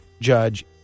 judge